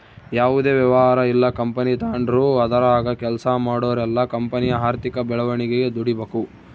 ಯಾವುದೇ ವ್ಯವಹಾರ ಇಲ್ಲ ಕಂಪನಿ ತಾಂಡ್ರು ಅದರಾಗ ಕೆಲ್ಸ ಮಾಡೋರೆಲ್ಲ ಕಂಪನಿಯ ಆರ್ಥಿಕ ಬೆಳವಣಿಗೆಗೆ ದುಡಿಬಕು